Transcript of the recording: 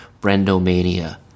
Brendomania